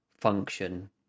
function